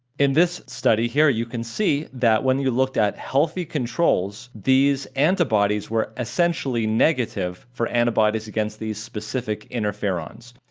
in this study here you can see that when you looked at healthy controls, these antibodies were essentially negative for antibodies against these specific interferons,